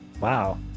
Wow